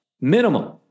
minimum